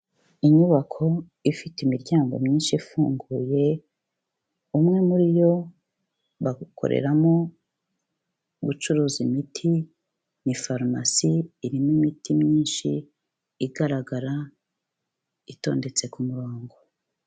Inyubako ifite imiryango myinshi ifunguye umwe muri yo bakoreramo gucuruza imiti, ni farumasi irimo imiti myinshi igaragara itondetse ku murongo.